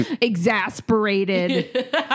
exasperated